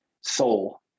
soul